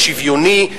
השוויוני,